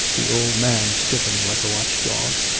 the old man stiffened like a watch-dog.